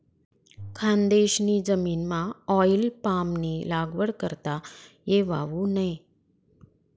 खानदेशनी जमीनमाऑईल पामनी लागवड करता येवावू नै